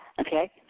Okay